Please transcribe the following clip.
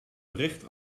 bericht